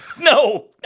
No